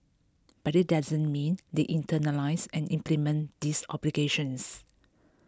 but it doesn't mean they internalise and implement these obligations